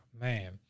man